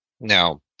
Now